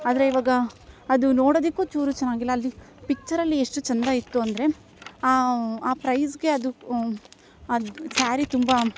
ಆದರೆ ಇವಾಗ ಅದು ನೋಡೊದಿಕ್ಕು ಚೂರು ಚೆನ್ನಾಗಿಲ್ಲ ಅಲ್ಲಿ ಪಿಚ್ಚರಲ್ಲಿ ಎಷ್ಟು ಚಂದ ಇತ್ತು ಅಂದರೆ ಆ ಪ್ರೈಸ್ಗೆ ಅದು ಅದು ಸ್ಯಾರಿ ತುಂಬ